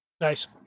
Nice